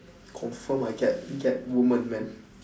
confirm I get get woman man